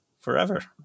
forever